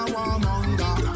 Warmonger